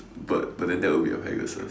bird but then that will be a Pegasus